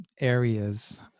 areas